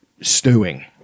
stewing